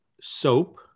soap